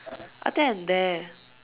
I think I'm there